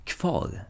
Kvar